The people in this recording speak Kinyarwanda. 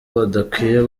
badakwiye